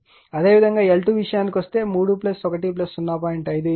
అదేవిధంగా l2 విషయానికి వస్తే దానికి 3 1 0